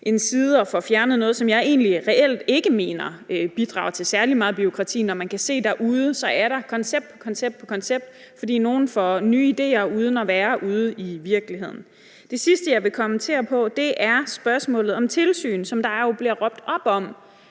en side og får fjernet noget, som jeg egentlig reelt ikke mener bidrager til særlig meget bureaukrati, når man kan se, at der derude er koncept på koncept på koncept, fordi nogle får nye idéer uden at være ude i virkeligheden. Det sidste, jeg vil kommentere på, er spørgsmålet om tilsyn, som der bliver råbt op om